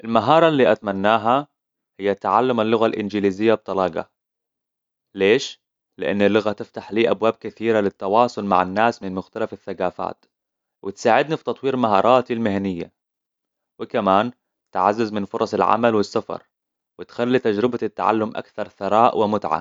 المهارة التي أتمناها هي تعلم اللغة الإنجليزية بطلاقة. ليش؟ لأن اللغة تفتح لي أبواب كثيرة للتواصل مع الناس من مختلف الثقافات، وتساعدني في تطوير مهاراتي المهنية، وكمان تعزز من فرص العمل والسفر، وتخلي تجربة التعلم أكثر ثراء ومتعه.